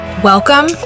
Welcome